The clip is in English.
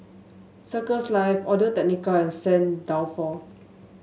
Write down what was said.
Circles Life Audio Technica and Saint Dalfour